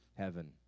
heaven